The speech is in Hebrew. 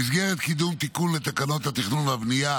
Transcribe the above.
במסגרת קידום תיקון לתקנות התכנון והבנייה